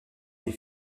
mais